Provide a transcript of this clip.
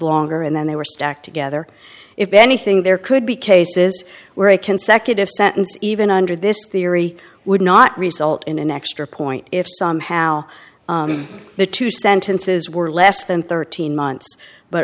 longer and then they were stacked together if anything there could be cases where a consecutive sentences even under this theory would not result in an extra point if somehow the two sentences were less than thirteen months but